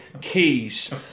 Keys